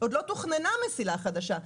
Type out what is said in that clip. עוד לא תוכננה מסילה חדשה,